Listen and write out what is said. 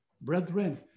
Brethren